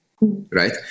right